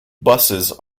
buses